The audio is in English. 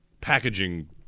packaging